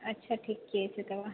अच्छा ठीके छै तऽ